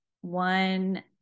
one